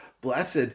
Blessed